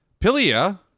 Pilia